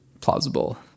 plausible